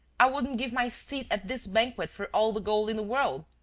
i wouldn't give my seat at this banquet for all the gold in the world.